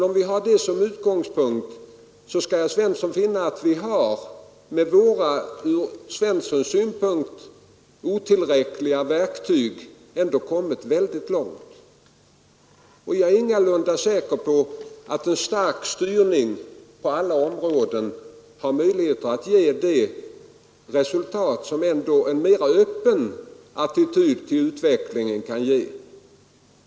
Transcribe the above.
Om vi har det som utgångspunkt, så skall herr Svensson finna att vi med våra ur herr Svenssons synpunkt otillräckliga verktyg faktiskt har kommit väldigt långt i jämförelse med andra länder. Jag är ingalunda säker på att en maximalt stark styrning på alla områden ger lika goda resultat som en mera öppen attityd till utvecklingen kan ge.